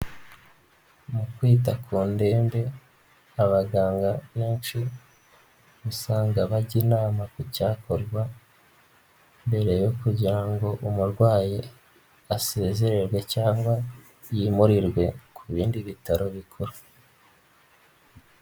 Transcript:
Mu kwita ku ndembe abaganga benshi usanga bajya inama ku cyakorwa mbere yo kugira ngo umurwayi asezererwe cyangwa yimurirwe ku bindi bitaro bikuru.